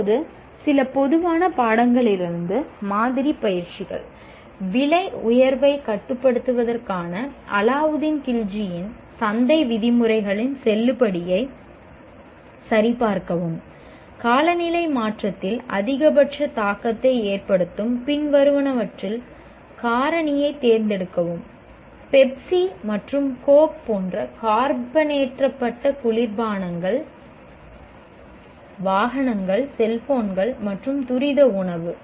இப்போது சில பொதுவான பாடங்களிலிருந்து மாதிரி பயிற்சிகள் விலை உயர்வை கட்டுப்படுத்துவதற்கான அலாவுதீன் கில்ஜியின் சந்தை விதிமுறைகளின் செல்லுபடியை சரிபார்க்கவும் காலநிலை மாற்றத்தில் அதிகபட்ச தாக்கத்தை ஏற்படுத்தும் பின்வருவனவற்றில் காரணியைத் தேர்ந்தெடுக்கவும் பெப்சி மற்றும் கோக் போன்ற கார்பனேற்றப்பட்ட குளிர்பானங்கள் வாகனங்கள் செல்போன்கள் மற்றும் துரித உணவு